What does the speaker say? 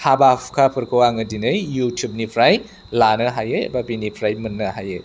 हाबा हुखाफोरखौ आङो दिनै इउटुबनिफ्राय लानो हायो एबा बिनिफ्राय मोननो हायो